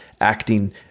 acting